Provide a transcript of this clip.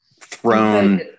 thrown